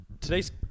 today's